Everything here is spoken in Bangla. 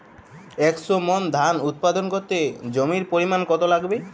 একশো মন ধান উৎপাদন করতে জমির পরিমাণ কত লাগবে?